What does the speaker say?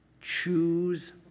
Choose